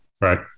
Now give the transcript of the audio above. Right